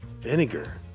vinegar